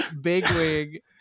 Bigwig